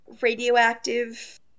radioactive